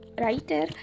writer